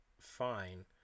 fine